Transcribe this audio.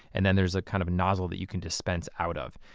and then there's a kind of nozzle that you can dispense out of.